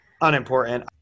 unimportant